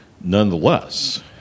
Nonetheless